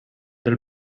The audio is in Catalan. del